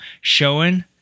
showing